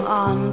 on